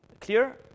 Clear